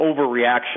overreaction